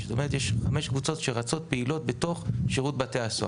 כלומר חמש קבוצות פעילות שקיימות בתוך שירות בתי הסוהר.